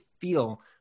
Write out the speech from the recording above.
feel